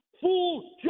fool